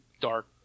dark